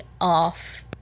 off